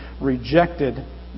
rejected